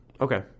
okay